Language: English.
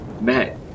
Matt